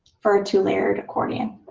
for a two-layered accordion.